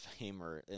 Famer